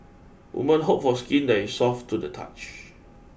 women hope for skin that is soft to the touch